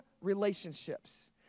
relationships